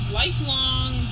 lifelong